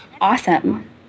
awesome